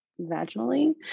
vaginally